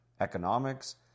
economics